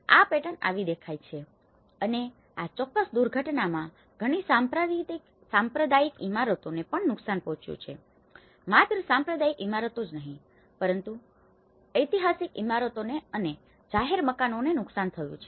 આ પેટર્ન આવી દેખાય છે અને આ ચોક્કસ દુર્ઘટનામાં ઘણી સાંપ્રદાયિક ઇમારતોને પણ નુકસાન પહોંચ્યું છે માત્ર સાંપ્રદાયિક ઇમારતો જ નહીં પરંતુ ઐતિહાસિક ઇમારતોને અને જાહેર મકાનોને નુકસાન થયું છે